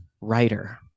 Writer